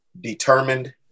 determined